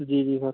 जी जी सर